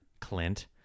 Clint